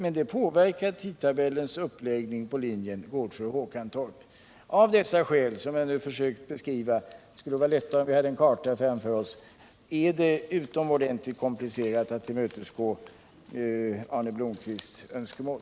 Men det påverkar tidtabellens uppläggning på linjen Gårdsjö-Håkantorp. Av dessa skäl som jag nu försökt att beskriva — det skulle ha varit lättare om vi hade haft en karta framför oss — är det utomordentligt komplicerat att tillmötesgå Arne Blomkvists önskemål.